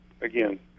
again